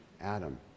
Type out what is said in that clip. Adam